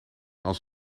als